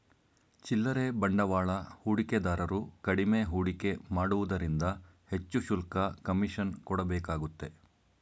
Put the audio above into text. ಚಿಲ್ಲರೆ ಬಂಡವಾಳ ಹೂಡಿಕೆದಾರರು ಕಡಿಮೆ ಹೂಡಿಕೆ ಮಾಡುವುದರಿಂದ ಹೆಚ್ಚು ಶುಲ್ಕ, ಕಮಿಷನ್ ಕೊಡಬೇಕಾಗುತ್ತೆ